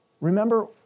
Remember